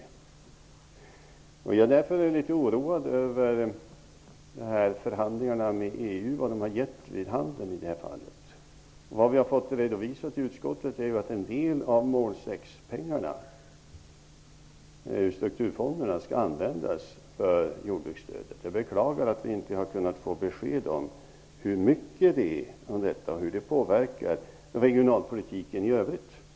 Jag är därför litet oroad över vad förhandlingarna med EU ger vid handen i detta fall. Vi har i utskottet fått redovisat att en del av mål 6 pengarna ur strukturfonderna skall användas för jordbruksstödet. Jag beklagar att vi inte har kunnat få besked om hur mycket pengar det är fråga om och hur det påverkar regionalpolitiken i övrigt.